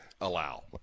allow